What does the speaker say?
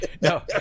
No